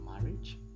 marriage